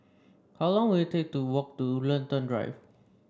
how long will it take to walk to Woollerton Drive